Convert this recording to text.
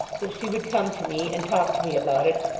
that she would come to me, and talk to me about it,